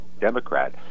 Democrat